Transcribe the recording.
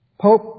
Pope